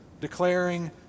declaring